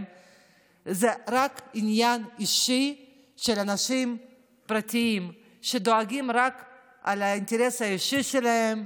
זה רק עניין אישי של אנשים פרטיים שדואגים רק לאינטרס האישי שלהם,